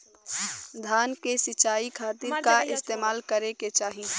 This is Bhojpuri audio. धान के सिंचाई खाती का इस्तेमाल करे के चाही?